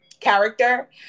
character